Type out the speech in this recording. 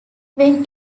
when